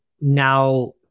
now